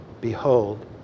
Behold